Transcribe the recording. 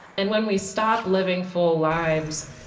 and when we stop living full lives,